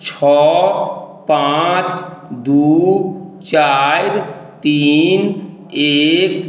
छओ पाँच दू चारि तीन एक